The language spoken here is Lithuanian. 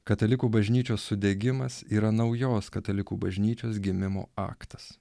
katalikų bažnyčios sudegimas yra naujos katalikų bažnyčios gimimo aktas